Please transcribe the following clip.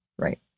Right